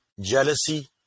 jealousy